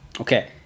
Okay